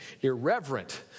irreverent